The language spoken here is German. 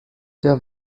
der